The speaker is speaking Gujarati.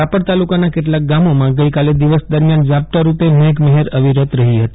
રાપર તાલુકાના કેટલાંક ગામોમાં ગઈકાલે દિવસ દરમિયાન ઝાપટાં રૂપે મેઘ મફેર અવિરત રફી ફતી